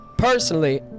Personally